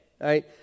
right